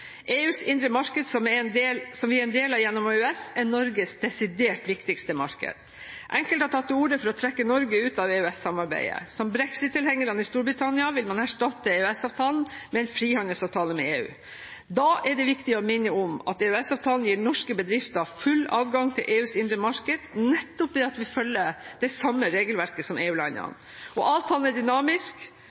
EUs indre marked, som vi er en del av gjennom EØS, er Norges desidert viktigste marked. Enkelte har tatt til orde for å trekke Norge ut av EØS-samarbeidet. Som brexit-tilhengerne i Storbritannia vil man erstatte EØS-avtalen med en frihandelsavtale med EU. Da er det viktig å minne om at EØS-avtalen gir norske bedrifter full adgang til EUs indre marked nettopp ved at vi følger det samme regelverket som EU-landene. Avalen er dynamisk,